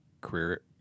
career